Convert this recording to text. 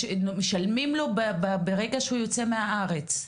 משלמים לו ברגע שהוא יוצא מהארץ.